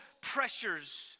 pressures